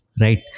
Right